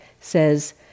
says